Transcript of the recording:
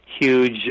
huge